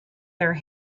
their